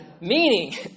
Meaning